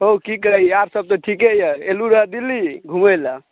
हउ की कही आर सब तऽ ठीके यऽ एलहुँ रहऽ दिल्ली घुमै ला